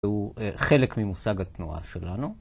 הוא חלק ממושג התנועה שלנו.